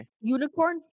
unicorn